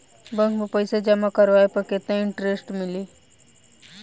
Bank में पईसा जमा करवाये पर केतना इन्टरेस्ट मिली?